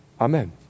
amen